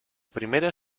primera